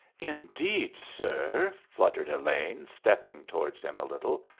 indeed, sir, fluttered elaine, stepping towards him a little,